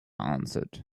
answered